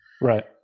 right